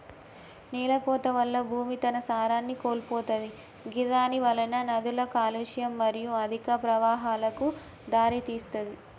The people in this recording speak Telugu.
నేలకోత వల్ల భూమి తన సారాన్ని కోల్పోతది గిదానివలన నదుల కాలుష్యం మరియు అధిక ప్రవాహాలకు దారితీస్తది